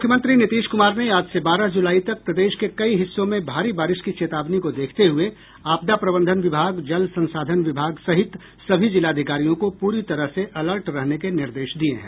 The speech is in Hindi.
मुख्यमंत्री नीतीश कुमार ने आज से बारह जुलाई तक प्रदेश के कई हिस्सों में भारी बारिश की चेतावनी को देखते हुए आपदा प्रबंधन विभाग जल संसाधन विभाग सहित सभी जिलाधिकारियों को पूरी तरह से अलर्ट रहने के निर्देश दिये हैं